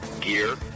gear